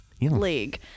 League